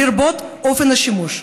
לרבות אופן השימוש,